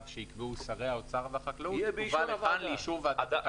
שיקבעו שרי האוצר והחקלאות תובא לכאן לאישור ועדת הכלכלה.